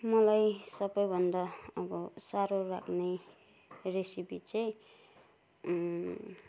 मलाई सबैभन्दा अब साह्रो लाग्ने रेसिपी चाहिँ